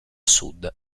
sud